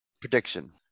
Prediction